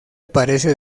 aparece